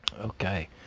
okay